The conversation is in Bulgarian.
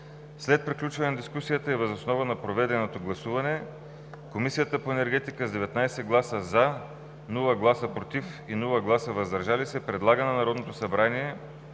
След приключване на дискусията и въз основа на проведеното гласуване Комисията по енергетика с 19 гласа „за“, без „против“ и „въздържал се“ предлага на Народното събрание